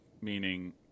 meaning